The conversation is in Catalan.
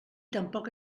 tampoc